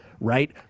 right